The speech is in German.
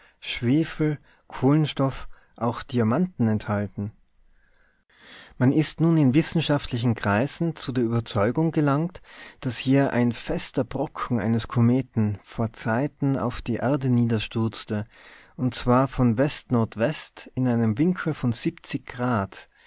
schwefel kohlenstoff auch diamanten enthalten man ist nun in wissenschaftlichen kreisen zu der überzeugung gelangt daß hier ein fester brocken eines kometen vor zeiten auf die erde niederstürzte und zwar von west nord west in einem winkel von grad